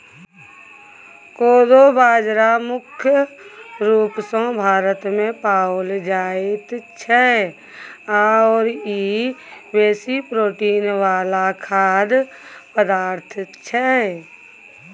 कोदो बाजरा मुख्य रूप सँ भारतमे पाओल जाइत छै आओर ई बेसी प्रोटीन वला खाद्य पदार्थ छै